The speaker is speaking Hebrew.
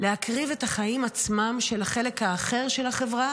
להקריב את החיים עצמם של החלק האחר של החברה